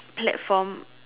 platform